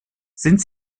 sind